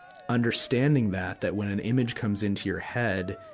understanding that, that when an image comes into your head,